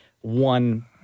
one